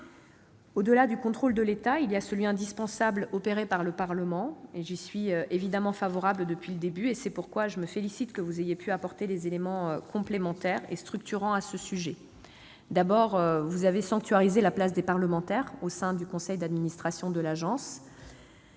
Au-delà du contrôle de l'État, il y a celui, indispensable, opéré par le Parlement. J'y suis évidemment favorable depuis le début, et c'est pourquoi je me félicite que vous ayez pu apporter des éléments complémentaires et structurants à ce sujet, mesdames, messieurs les sénateurs. D'abord, vous avez sanctuarisé la place des parlementaires au sein du conseil d'administration de l'Agence